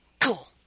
cool